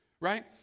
right